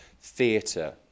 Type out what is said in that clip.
theatre